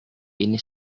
ini